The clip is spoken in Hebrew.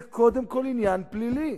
זה קודם כול עניין פלילי.